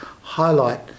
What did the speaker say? highlight